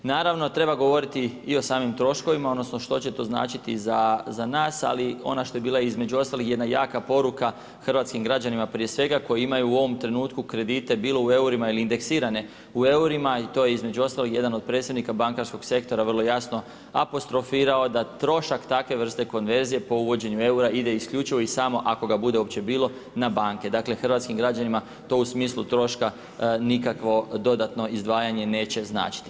Naravno treba i o samim troškovima odnosno što će to značiti za nas ali ono što je bila između ostalog jedna jaka poruka hrvatskim građanima prije svega koji imaju u ovom trenutku kredite bilo u eurima i to je između ostalog jedan od predsjednika bankarskog sektora vrlo jasno apostrofirao da trošak takve vrste konverzije po uvođenju eura ide isključivo i samo ako ga bude uopće bilo na banke, dakle hrvatskim građanima to u smislu troška nikakvo dodatno izdvajanje neće značiti.